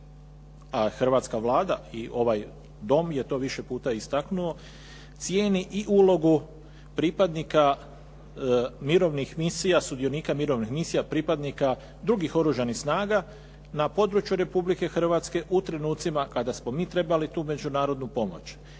a hrvatska Vlada i ovaj Dom je to više puta istaknuo cijeni i ulogu pripadnika mirovnih misija, sudionika mirovnih misija pripadnika drugih Oružanih snaga na području Republike Hrvatske u trenucima kada smo mi trebali tu međunarodnu pomoć.